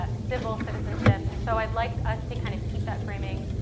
civil citizenship, and so i'd like us to kind of keep that framing,